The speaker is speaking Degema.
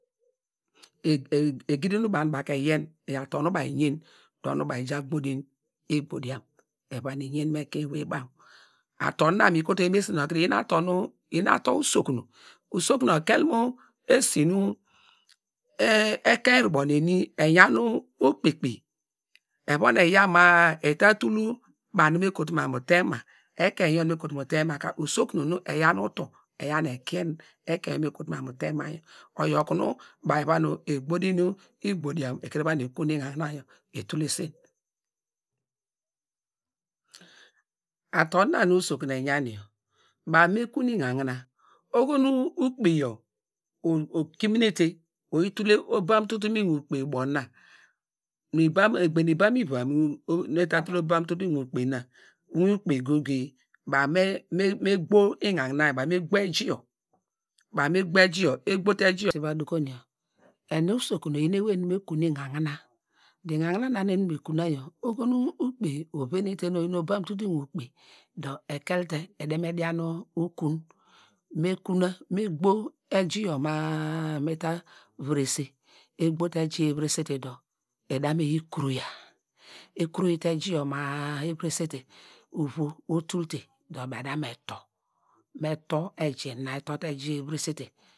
Egidin nu banu baka eyiyen, eyo ator nu baw eyen dor nu baw ejan gbedin igbediam eva nu eyen nu ekein igbediam eva nu eyen nu ekein ewey baw, ator na nu mi kotu yor kik- e baw eyin nu ator nu usokun eyan, usokun okel mu esinu ekein rubo nu eni eyan okpekpe eyan ma eta tul nu ekein nu me kotu manu tema, ekan yor nu me kotu mu tema ka usokun nu eya nu utor eyan ekein nu me kotu manu tema yor, oyor banu baw eva nu ekun en̄an̄inã nu igbediam etulese, ator na nu usokun eyon yor baw me kun en̄an̄inã oho nu ukpe yor okiminete oyi tul te obam ututu mu ukpe ubo na nu igbeny nu ibam iva nu me ta tul obam ututu muwin ukpe ubona baw me gbow en̄an̄inã, baw me gbow eji yor egbo te eji yor enu usokun eyi nu ewey nu me kun enanina dee enanina nu enu usokun me kun na yor oho nu ukpe ovenele nu mi obam ututu miwin ukpe dor ekel te me dian mu ukun, me gbow eji ma- a mor ta virese, egbow te eji eviresete dor edin me yi kurowya, ekurowy te eji yor edin ma- a sete uviw otal te baw eda me mi tor me tor eji na, etor te eji na evire sete